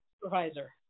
supervisor